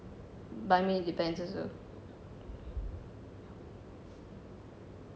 but I mean it depends also